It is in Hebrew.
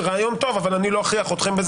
זה רעיון טוב אבל אני לא מכריח אתכם,